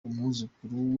umwuzukuru